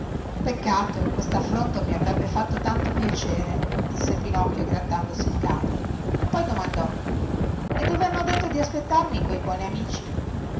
peccato questaffronto mi avrebbe fatto tanto piacere disse pinocchio grattandosi il capo poi domandò e dove hanno detto di aspettarmi quei buoni amici